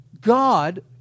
God